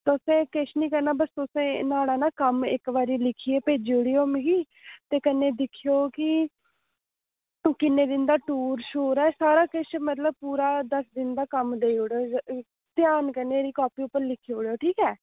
तुसें किश नी करना बस तुसें न्हाड़ा ना कम्म इक बारी लिखियै भेजी ओड़ेओ मिगी ते कन्नै दिक्खेओ कि कि'न्ने दिन दा टूर छूर ऐ सारा किश मतलब पूरा दस दिन दा कम्म देई ओड़ेओ ध्यान कन्नै एह्दी कापी पर लिखी ओड़ेओ ठीक ऐ